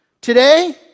Today